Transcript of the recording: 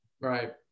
Right